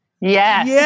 Yes